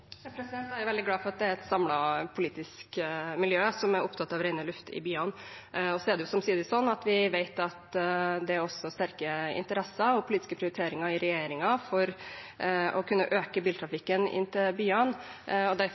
Jeg er veldig glad for at det er et samlet politisk miljø som er opptatt av renere luft i byene. Så vet vi samtidig at det er sterke interesser og politiske prioriteringer i regjeringen for å kunne øke biltrafikken inn til byene. Derfor